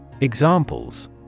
Examples